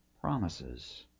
promises